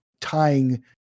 tying